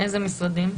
איזה משרדים?